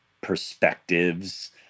perspectives